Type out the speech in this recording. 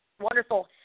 wonderful